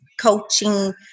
coaching